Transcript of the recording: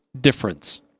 difference